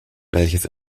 welches